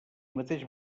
mateix